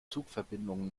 zugverbindungen